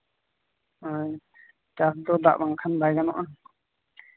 ᱪᱟᱥ ᱫᱚ ᱫᱟᱜ ᱵᱟᱝᱠᱷᱟᱱ ᱵᱟᱭ ᱜᱟᱱᱚᱜᱼᱟ